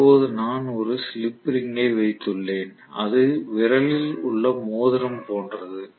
இப்போது நான் ஒரு ஸ்லிப் ரிங்கை வைத்துள்ளேன் அது விரலில் உள்ள மோதிரம் போன்றது